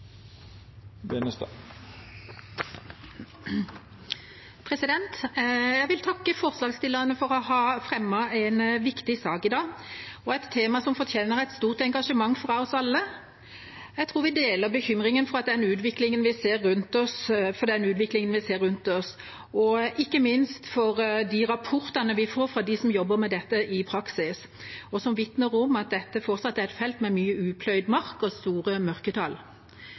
Jeg vi takke forslagsstillerne for å ha fremmet en viktig sak i dag, et tema som fortjener et stort engasjement fra oss alle. Jeg tror vi deler bekymringen for den utviklingen vi ser rundt oss, ikke minst for de rapportene vi får fra dem som jobber med dette i praksis, og som vitner om at dette fortsatt er et felt med mye upløyd mark og store mørketall.